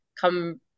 come